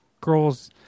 girls